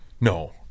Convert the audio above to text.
No